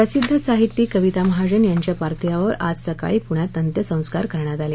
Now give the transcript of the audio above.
प्रसिद्ध साहित्यिक कविता महाजन यांच्या पर्थिवावर आज सकाळी पुण्यात अंत्यसंस्कार करण्यात आले